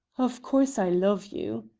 of course i love you.